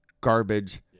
garbage